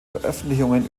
veröffentlichungen